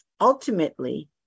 ultimately